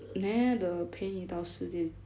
neh the 陪你到世界